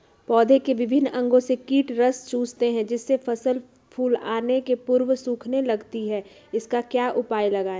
पौधे के विभिन्न अंगों से कीट रस चूसते हैं जिससे फसल फूल आने के पूर्व सूखने लगती है इसका क्या उपाय लगाएं?